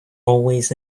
always